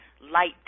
light